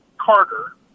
Carter